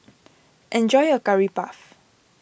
enjoy your Curry Puff